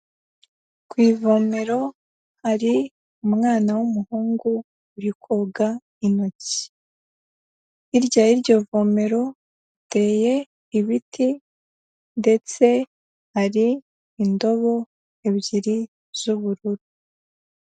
Ku ivomero hari umwana w'umuhungu uri koga intoki, hirya y'iryo vomero hateye ibiti ndetse hari indobo ebyiri z'ubururu.